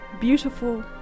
Beautiful